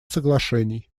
соглашений